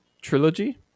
trilogy